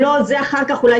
אחר כך אולי,